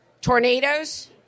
tornadoes